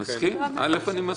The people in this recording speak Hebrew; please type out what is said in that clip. אני מסכים.